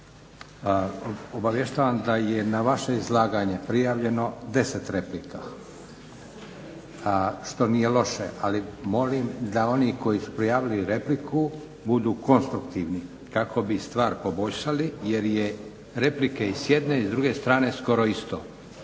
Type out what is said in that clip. obavještavam da je na vaše izlaganje prijavljeno 10 replika, što nije loše ali molim da oni koji su prijavili repliku budu konstruktivni kako bi stvar poboljšali jer je replike s jedne i s druge strane skoro isto.